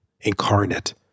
incarnate